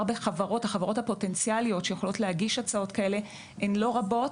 החברות הפוטנציאליות שיכולות להגיש הצעות כאלה הן לא רבות.